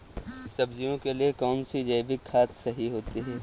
सब्जियों के लिए कौन सी जैविक खाद सही होती है?